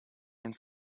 and